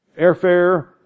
airfare